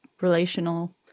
relational